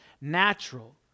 natural